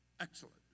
excellent